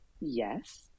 yes